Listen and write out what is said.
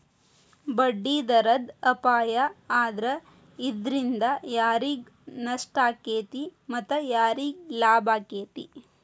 ಬಡ್ಡಿದರದ್ ಅಪಾಯಾ ಆದ್ರ ಇದ್ರಿಂದಾ ಯಾರಿಗ್ ನಷ್ಟಾಕ್ಕೇತಿ ಮತ್ತ ಯಾರಿಗ್ ಲಾಭಾಕ್ಕೇತಿ?